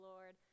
Lord